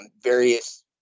various